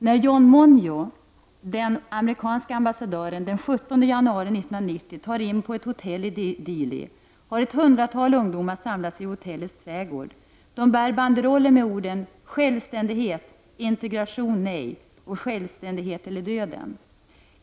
När John Monjo, den amerikanske ambassadören, den 17 januari 1990 tar in på ett hotell i Dili har ett hundratal ungdomar samlats i hotellets trädgård. De bär banderoller med orden ”Självständighet, Integration-nej, Självständighet eller Döden”.